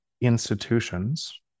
institutions